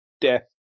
death